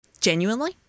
genuinely